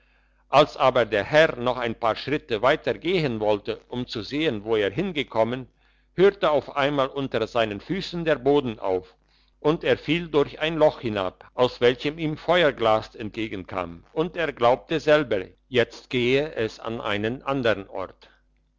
als aber der herr noch ein paar schritte weiter gehen wollte um zu sehen wo er hingekommen hörte auf einmal unter seinen füssen der boden auf und er fiel durch ein loch hinab aus welchem ihm feuerglast entgegenkam und er glaubte selber jetzt geh es an einen andern ort